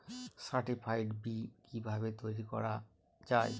Certified বি কিভাবে তৈরি করা যায়?